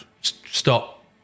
stop